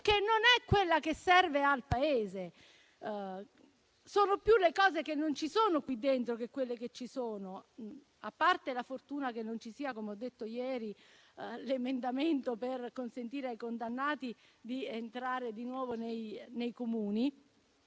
che non è quella che serve all'Italia. Sono più le cose che non ci sono nel decreto-legge che quelle che ci sono; a parte la fortuna che non ci sia, come ho detto ieri, l'emendamento per consentire ai condannati di entrare di nuovo nei Comuni